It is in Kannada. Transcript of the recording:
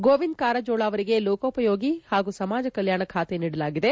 ಗೋವಿಂದ ಕಾರಜೋಳಗೆ ಲೋಕೋಪಯೋಗಿ ಹಾಗೂ ಸಮಾಜ ಕಲ್ವಾಣ ಖಾತೆ ನೀಡಲಾಗಿದೆ